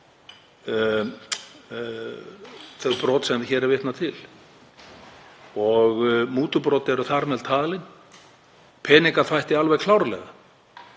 þau brot sem hér er vitnað til og mútubrot eru þar með talin, peningaþvætti alveg klárlega.